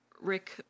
Rick